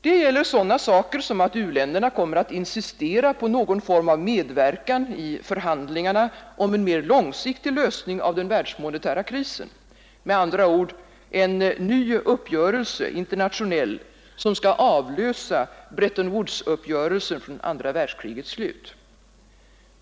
Det gäller sådana saker som att u-länderna kommer att insistera på någon form av medverkan i förhandlingarna om en mer långsiktig lösning av den världsmonetära krisen, med andra ord en ny internationell uppgörelse som skall avlösa Bretton Woods-uppgörelsen från andra världskrigets slut.